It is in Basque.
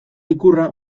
ikurra